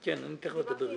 אתה יודע כמה עניים